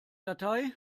datei